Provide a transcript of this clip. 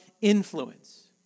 influence